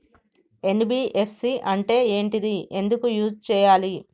NBFC అంటే ఏంటిది ఎందుకు యూజ్ చేయాలి?